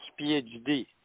PhD